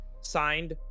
signed